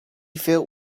felt